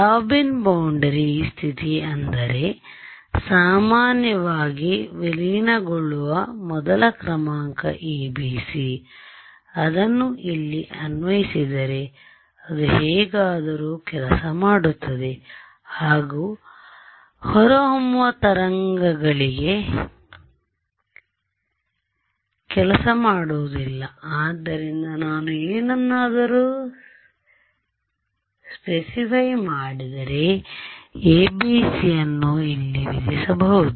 robin boundary ಸ್ಥಿತಿ ಅಂದರೆ ಸಾಮಾನ್ಯವಾಗಿ ವಿಲೀನಗೊಳ್ಳುವ ಮೊದಲ ಕ್ರಮಾಂಕ ABC ಅದನ್ನು ಇಲ್ಲಿ ಅನ್ವಯಿಸಿದರೆ ಅದು ಹೇಗಾದರೂ ಕೆಲಸ ಮಾಡುತ್ತದೆ ಹಾಗು ಹೊರಹೊಮ್ಮುವ ತರಂಗಗಳಿಗೆ ಕೆಲಸ ಮಾಡುವುದಿಲ್ಲ ಆದ್ದರಿಂದ ನಾನು ಏನನ್ನಾದರೂ ಸ್ಪೆಸಿಪೈ ಮಾಡಿದರೆ ABCಯನ್ನು ಇಲ್ಲಿ ವಿಧಿಸಬಹುದು